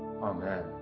Amen